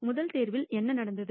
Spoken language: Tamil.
முதல் தேர்வில் என்ன நடந்தது